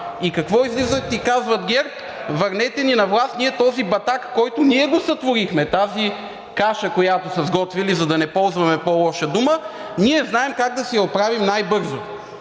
И какво, излизат и казват ГЕРБ: върнете ни на власт, ние този батак, който ние го сътворихме, тази каша, която са сготвили, за да не ползваме по-лоша дума, ние знаем как да си я оправим най-бързо.